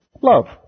Love